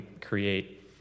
create